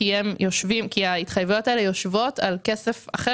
כי ההתחייבויות האלה יושבות על כסף אחר